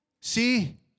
See